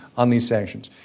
on these sanctions.